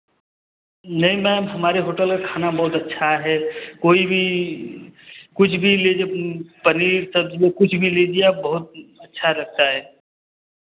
नहीं मेम हमारे होटल का खाना बहुत अच्छा है कोई भी कुछ भी लीजिए पनीर सब्ज़ी कुछ भी लीजिए आप बहुत अच्छा लगता है